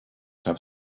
have